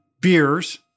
beers